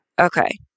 Okay